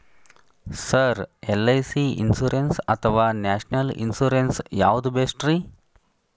Sir LIC insurance ಅಥವಾ national insurance ಯಾವುದು ಬೆಸ್ಟ್ರಿ?